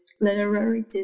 literary